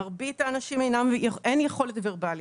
למרבית האנשים אין יכולת וורבלית.